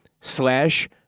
slash